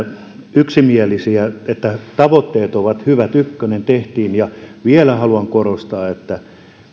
yksimielisiä että tavoitteet ovat hyvät ykkönen tehtiin vielä haluan korostaa että